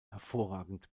hervorragend